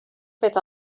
fet